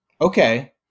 Okay